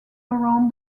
around